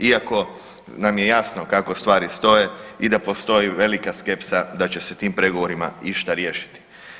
Iako nam je jasno kako stvari stoje i da postoji velika skepsa da će se tim pregovorima išta riješiti.